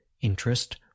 interest